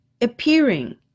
appearing